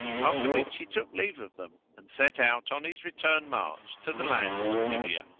after which he took leave of them and set out on his return march to the land of syria.